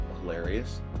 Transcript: hilarious